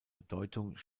bedeutung